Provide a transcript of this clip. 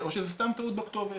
או שזו סתם טעות בכתובת,